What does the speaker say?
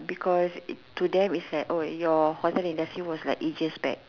because to them is like your hotel industry was like ages back